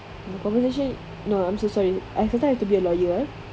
the conversation no I'm so sorry I sometimes have to be a lawyer